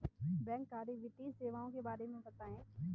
बैंककारी वित्तीय सेवाओं के बारे में बताएँ?